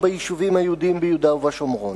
ביישובים היהודיים ביהודה ובשומרון.